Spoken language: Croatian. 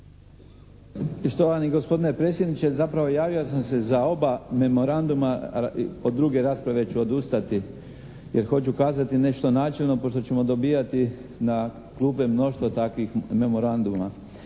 Štovani gospodine predsjedniče zapravo javio sam se za oba memoranduma, od druge rasprave ću odustati. Jer hoću kazati nešto načelno pošto ćemo dobivati na klupe mnoštvo takvih memoranduma.